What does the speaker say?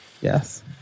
Yes